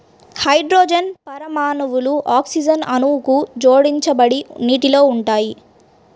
hydrogen పరమాణువులు oxygen అణువుకు జోడించబడి నీటిలో ఉంటాయి